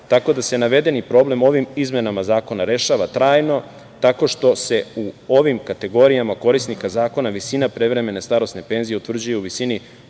tako da se navedeni problem ovim izmenama zakona rešava trajno tako što se u ovim kategorijama korisnika zakona visina prevremene starosne penzije utvrđuje u visini